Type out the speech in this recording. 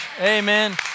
Amen